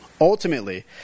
Ultimately